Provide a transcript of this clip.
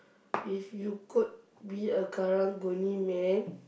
if you could be a karung-guni man